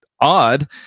odd